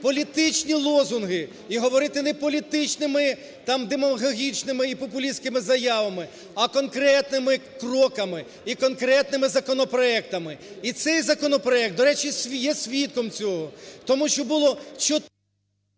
політичні лозунги і говорити не політичними, там демагогічними і популістськими заявами, а конкретними кроками і конкретними законопроектами. І цей законопроект, до речі, я є свідком цього.